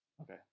Okay